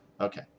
Okay